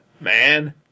Man